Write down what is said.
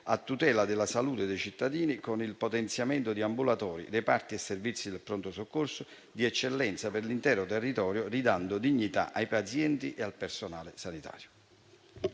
a tutela della salute dei cittadini, con il potenziamento di ambulatori, reparti e servizi del pronto soccorso di eccellenza per l'intero territorio, ridando dignità ai pazienti e al personale sanitario.